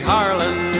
Harlan